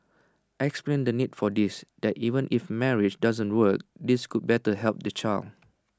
explain the need for this that even if marriage doesn't work this could better help the child